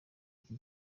iki